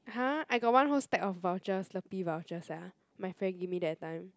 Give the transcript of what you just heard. !huh! I got one whole stack of vouchers Slurpee vouchers sia my friend gave me that time